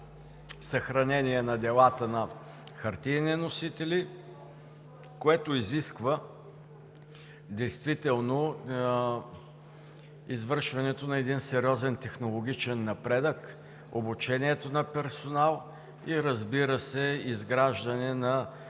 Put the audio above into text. съхранение на делата на хартиени носители, което изисква действително извършването на един сериозен технологичен напредък, обучението на персонала и, разбира се, изграждането на